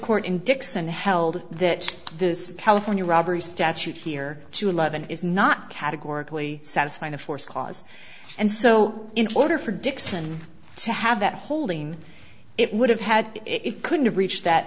court in dixon held that this california robbery statute here to eleven is not categorically satisfying to force cause and so in order for dixon to have that holding it would have had it couldn't have reached that